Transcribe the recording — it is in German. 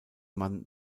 man